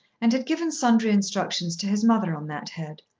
and had given sundry instructions to his mother on that head.